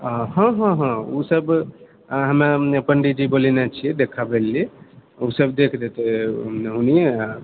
आ हँ हँ हँ ओ सब हमे पंडीजी बुलेनै छिऐ देखबाए लिए ओ सब देख दैत ओनाहिए